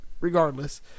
regardless